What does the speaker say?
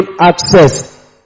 access